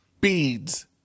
beads